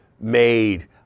made